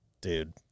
Dude